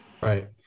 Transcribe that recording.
Right